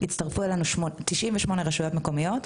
הצטרפו אלינו 98 רשויות מקומיות,